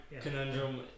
conundrum